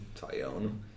Tyone